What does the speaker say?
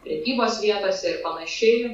prekybos vietose ir panašiai